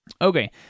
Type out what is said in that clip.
Okay